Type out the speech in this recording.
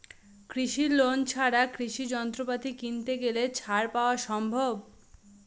কৃষি লোন ছাড়া কৃষি যন্ত্রপাতি কিনতে গেলে ছাড় পাওয়া সম্ভব?